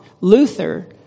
Luther